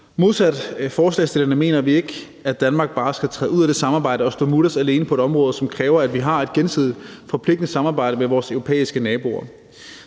Modsat forslagsstillerne mener vi ikke, at Danmark bare skal træde ud af det samarbejde og stå mutters alene på et område, som kræver, at vi har et gensidigt forpligtende samarbejde med vores europæiske naboer.